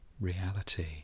reality